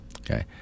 okay